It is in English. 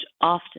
often